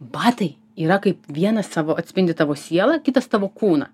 batai yra kaip vienas savo atspindi tavo sielą kitas tavo kūną